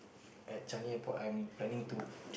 at Changi-Airport I'm planning to